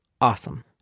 awesome